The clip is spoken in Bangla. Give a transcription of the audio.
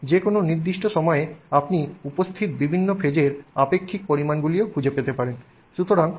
এবং যে কোনও নির্দিষ্ট সময়ে আপনি উপস্থিত বিভিন্ন ফেজের আপেক্ষিক পরিমাণগুলিও খুঁজে পেতে পারেন